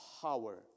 power